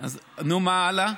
נו, מה הלאה?